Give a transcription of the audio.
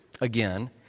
again